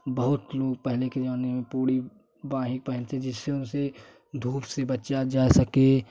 बहुत लोग पहले के ज़माने में पूरी बांह पहनते जिससे उसे धूप से बचा जा सकें